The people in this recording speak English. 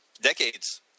decades